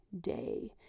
day